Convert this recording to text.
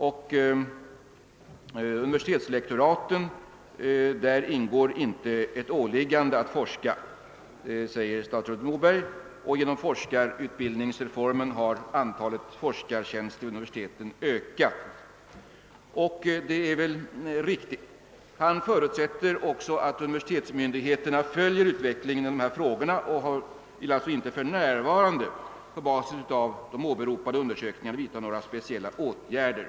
I universitetslektoraten ingår inte ett åliggande att forska, och genom forskarutbildningsreformen har antalet forskartjänster vid universiteten ökat, säger statsrådet Moberg, och detta är väl riktigt. Statsrådet förutsätter också att universitetsmyndigheterna följer utvecklingen i dessa frågor och på basis av de åberopade undersökningarna har han inte för närvarande velat vidta några speciella åtgärder.